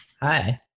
Hi